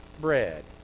bread